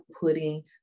putting